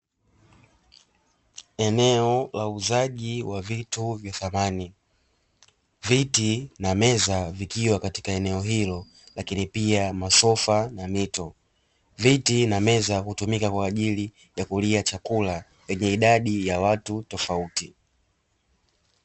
Eneo la kuuzia vitu vya samani viti na meza vikiwa katika eneo hilo lakini pia, masofa na mito, viti na meza, hutumika kwa ajili ya kulia chakula lenye idadi ya watu tofauti.